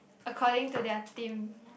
according to their theme